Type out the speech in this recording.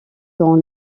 dans